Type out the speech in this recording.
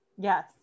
yes